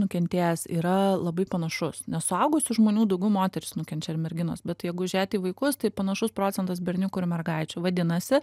nukentėjęs yra labai panašus nes suaugusių žmonių daugiau moterys nukenčia ir merginos bet jeigu žiūrėt į vaikus tai panašus procentas berniukų ir mergaičių vadinasi